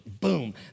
Boom